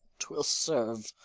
twill serve